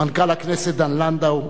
מנכ"ל הכנסת דן לנדאו,